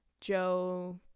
Joe